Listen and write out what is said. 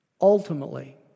ultimately